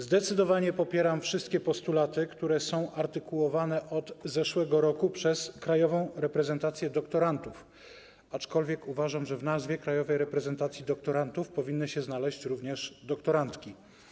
Zdecydowanie popieram wszystkie postulaty, które są artykułowane od zeszłego roku przez Krajową Reprezentację Doktorantów, aczkolwiek uważam, że w nazwie Krajowej Reprezentacji Doktorantów powinny się znaleźć również doktorantki.